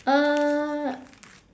uh